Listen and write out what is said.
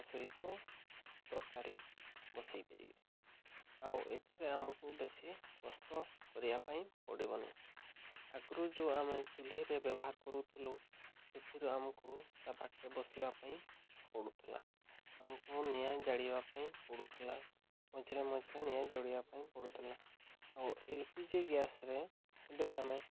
ତା ସହିତ ତରକାରୀ ବସେଇ ପାରିବେ ଆଉ ଏଥିରେ ଆମକୁ ବେଶୀ କଷ୍ଟ କରିବା ପାଇଁ ପଡ଼ିବନି ଆଗରୁ ଯେଉଁ ଆମେ ଚୁଲିରେ ବ୍ୟବହାର କରୁଥିଲୁ ସେଥିରୁ ଆମକୁ ତା ପାଖରେ ବସିବା ପାଇଁ ପଡ଼ୁଥିଲା ଆମକୁ ନିଆଁ ଜାଳିବା ପାଇଁ ପଡ଼ୁଥିଲା ମଝିରେ ମଝିରେ ନିଆଁ ଜାଳିବା ପାଇଁ ପଡ଼ୁଥିଲା ଆଉ ପି ଜି ଗ୍ୟାସ୍ରେ ଏବେ ଆମେ